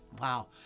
Wow